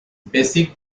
basic